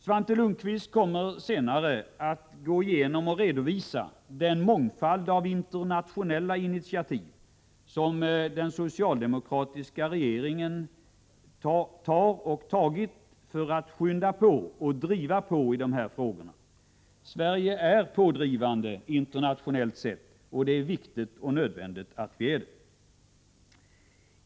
Svante Lundkvist kommer senare att gå igenom och redovisa den mångfald av internationella initiativ som den socialdemokratiska regeringen har tagit och tar för att skynda på och driva på i dessa frågor. Sverige är pådrivande internationellt sett, och det är viktigt och nödvändigt att vi är det.